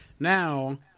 Now